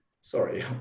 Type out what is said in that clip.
sorry